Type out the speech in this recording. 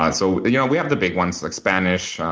and so yeah we have the big ones like spanish,